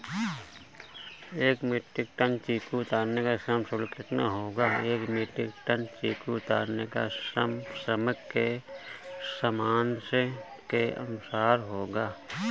एक metric ton चीकू उतारने का श्रम शुल्क कितना होगा?